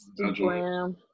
Instagram